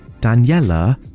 Daniela